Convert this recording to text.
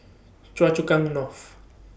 Choa Chu Kang North